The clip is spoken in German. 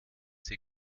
sie